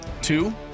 Two